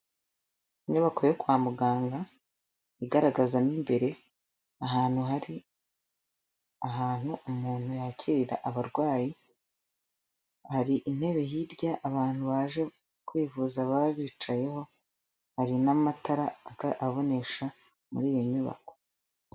Inyubako yo kwa muganga, igaragaza mo imbere, ahantu hari ahantu umuntu yakirira abarwayi, hari intebe hirya abantu baje kwivuza baba bicayeho, hari n'amatara abonesha muri iyi nyubako.